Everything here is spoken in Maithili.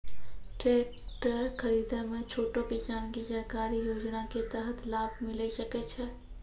टेकटर खरीदै मे छोटो किसान के सरकारी योजना के तहत लाभ मिलै सकै छै?